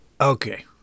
Okay